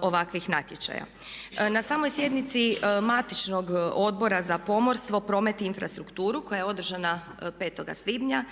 ovakvih natječaja. Na samoj sjednici matičnog Odbora za pomorstvo, promet i infrastrukturu koja je održana 5.svibnja